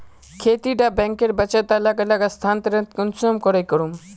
खेती डा बैंकेर बचत अलग अलग स्थानंतरण कुंसम करे करूम?